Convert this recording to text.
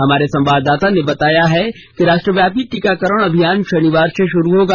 हमारे संवाददाता ने बताया है कि राष्ट्रव्यापी टीकाकरण अभियान शनिवार से शुरू होगा